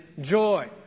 joy